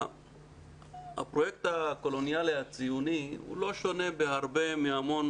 הפרויקט הקולוניאלי הציוני לא שונה בהרבה מהמון